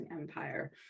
empire